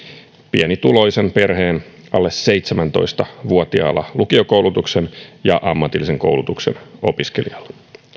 pienituloisen perheen alle seitsemäntoista vuotiaalla lukiokoulutuksen ja ammatillisen koulutuksen opiskelijalla